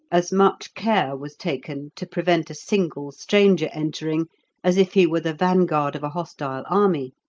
as much care was taken to prevent a single stranger entering as if he were the vanguard of a hostile army,